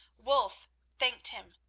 wulf thanked him,